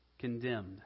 condemned